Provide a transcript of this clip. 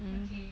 mm